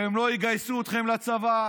והם לא יגייסו אתכם לצבא,